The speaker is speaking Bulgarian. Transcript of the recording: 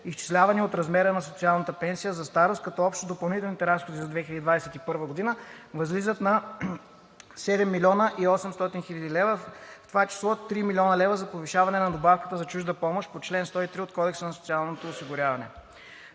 изчислявани от размера на социалната пенсия за старост, като общо допълнителните разходи за 2021 г. възлизат на 7 800,0 хил. лв., в това число 3 000,0 хил. лв. за повишаване на добавката за чужда помощ по чл. 103 от Кодекса за социално осигуряване.